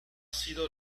sido